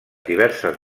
diverses